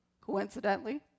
coincidentally